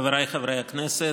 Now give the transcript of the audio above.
חבריי חברי הכנסת,